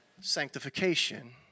sanctification